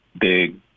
big